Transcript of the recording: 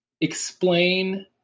explain